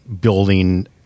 building